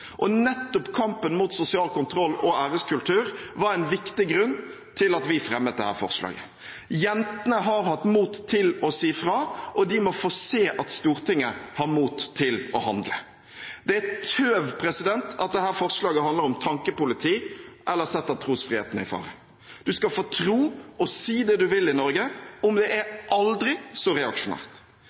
avdekkes. Nettopp kampen mot sosial kontroll og æreskultur var en viktig grunn til at vi fremmet dette forslaget. Jentene har hatt mot til å si fra, og de må få se at Stortinget har mot til å handle. Det er tøv at dette forslaget handler om tankepoliti eller setter trosfriheten i fare. En skal få tro og si det en vil i Norge, om det er aldri så reaksjonært.